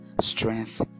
strength